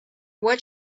what